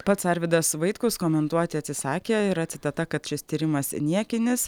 pats arvydas vaitkus komentuoti atsisakė yra citata kad šis tyrimas niekinis